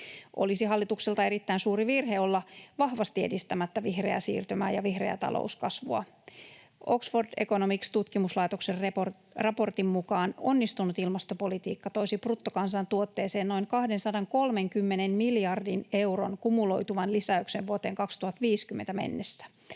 Olisi hallitukselta erittäin suuri virhe olla vahvasti edistämättä vihreää siirtymää ja vihreää talouskasvua. Oxford Economics -tutkimuslaitoksen raportin mukaan onnistunut ilmastopolitiikka toisi bruttokansantuotteeseen noin 230 miljardin euron kumuloituvan lisäyksen vuoteen 2050 mennessä.